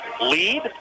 lead